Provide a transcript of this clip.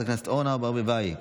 חברת הכנסת אורנה ברביבאי,